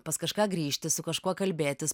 pas kažką grįžti su kažkuo kalbėtis